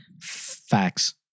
Facts